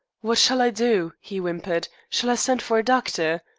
what shall i do? he whimpered. shall i send for a doctor?